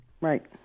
Right